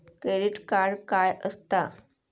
Credit card काय असता?